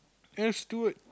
let's do it